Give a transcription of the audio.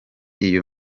iyo